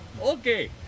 Okay